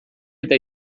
eta